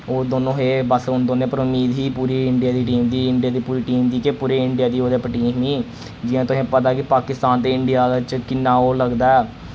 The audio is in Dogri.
ओह् दोनों हे बस उन दौनें पर उम्मीद ही पूरी इंडिया दी टीम दी इंडिया दी पूरी टीम दी केह् पुरे इंडिया दी ओह्दे पर टीम ही जि'यां तुसें पता के पाकिस्तान ते इंडिया दा च किन्ना ओ लगदा ऐ